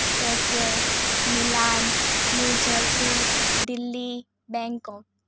Tokyo Milan New Jersey Delhi Bangkok